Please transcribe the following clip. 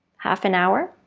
half an hour?